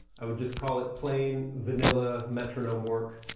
i would just call it plain vanilla metronome work.